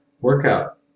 workout